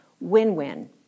Win-win